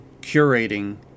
curating